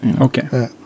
Okay